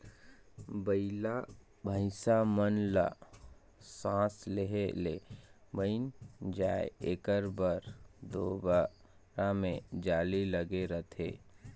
बइला भइसा मन ल सास लेहे ले बइन जाय एकर बर तोबरा मे जाली लगे रहथे